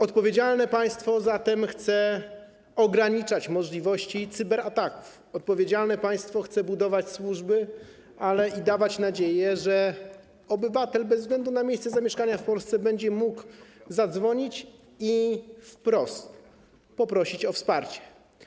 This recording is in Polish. Odpowiedzialne państwo chce ograniczać możliwości cyberataków, odpowiedzialne państwo chce budować służby, ale i dawać nadzieję, że obywatel bez względu na miejsce zamieszkania w Polsce będzie mógł zadzwonić i poprosić o wsparcie.